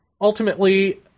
ultimately